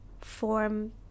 form